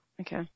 okay